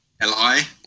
L-I